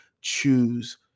choose